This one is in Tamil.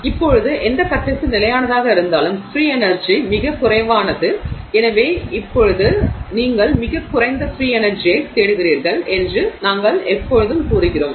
இப்போது எந்த கட்டத்தில் நிலையானதாக இருந்தாலும் ஃபிரீ எனர்ஜி மிகக் குறைவானது எனவே இப்போது நீங்கள் மிகக் குறைந்த ஃபிரீ எனர்ஜியைத் தேடுகிறீர்கள் என்று நாங்கள் எப்போதும் கூறுகிறோம்